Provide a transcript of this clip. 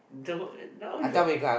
the now you're